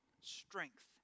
strength